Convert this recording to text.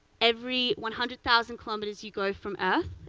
every one hundred thousand kilometers you go from earth,